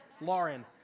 Lauren